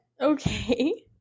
Okay